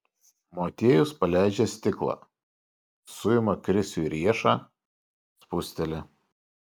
motiejus paleidžia stiklą suima krisiui riešą spusteli